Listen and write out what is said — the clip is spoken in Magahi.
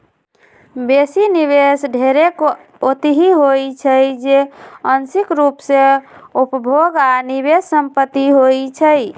बेशी निवेश ढेरेक ओतहि होइ छइ जे आंशिक रूप से उपभोग आऽ निवेश संपत्ति होइ छइ